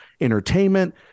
entertainment